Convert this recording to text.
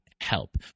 help